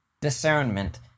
discernment